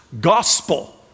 gospel